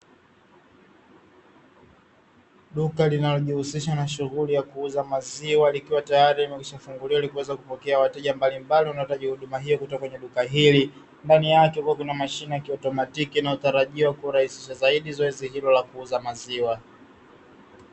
Duka linalojishighulisha na shughuli ya kuuza maziwa, likiwa tayari limeshafunguliwa kuweza kupokea wateja mbali mbali wanao hitaji huduma hio kutoka kwenye duka hili, ndani yake kukiwa na mashine ya kiautomatiki inayotarajiwa kurahisisha zaidi zoezi hilo la kuuza maziwa.